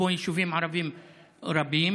כמו יישובים ערביים רבים.